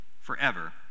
forever